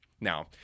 Now